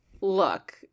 look